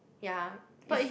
ya is